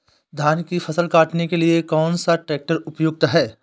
धान की फसल काटने के लिए कौन सा ट्रैक्टर उपयुक्त है?